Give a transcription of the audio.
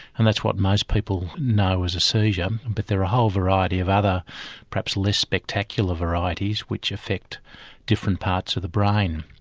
and that's what most people know as a seizure, but there are a whole variety of other perhaps less spectacular varieties which affect different parts of the brain.